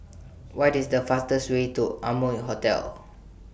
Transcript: What IS The fastest Way to Amoy Hotel